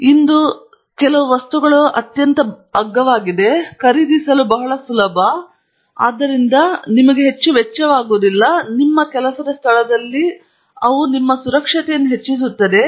ಮತ್ತು ಇಂದು ನಾನು ನಿಮಗೆ ತೋರಿಸಲು ಹೋಗುತ್ತಿರುವ ಅತ್ಯಂತ ಹೆಚ್ಚಿನ ವಸ್ತುಗಳು ಬಹಳ ಅಗ್ಗವಾಗಿದೆ ಖರೀದಿಸಲು ಬಹಳ ಸುಲಭ ಮತ್ತು ಆದ್ದರಿಂದ ಅವುಗಳು ನಿಮಗೆ ಹೆಚ್ಚು ವೆಚ್ಚವಾಗುವುದಿಲ್ಲ ಆದರೆ ನಿಮ್ಮ ಕೆಲಸದ ಸ್ಥಳದಲ್ಲಿ ಅವರು ನಿಮಗೆ ಸುರಕ್ಷತೆಯನ್ನು ಹೆಚ್ಚಿಸುತ್ತವೆ